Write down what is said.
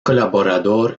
colaborador